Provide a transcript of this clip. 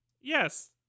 Yes